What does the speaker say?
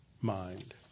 mind